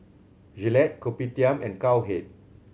Gillette Kopitiam and Cowhead